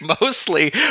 mostly